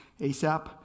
ASAP